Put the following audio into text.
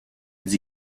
dis